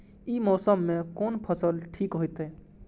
ई मौसम में कोन फसल ठीक होते?